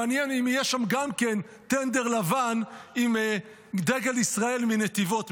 מעניין אם יהיה שם גם כן טנדר לבן עם דגל ישראל מנתיבות,